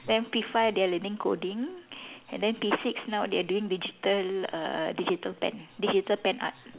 then P five they are learning coding and then P six now they are doing digital err digital pen digital pen art